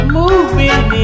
moving